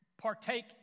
partake